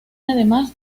además